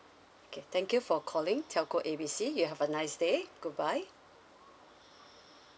okay thank you for calling telco A B C you have a nice day goodbye